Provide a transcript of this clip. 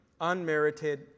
unmerited